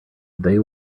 they